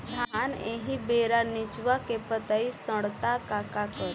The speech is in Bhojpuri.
धान एही बेरा निचवा के पतयी सड़ता का करी?